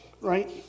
right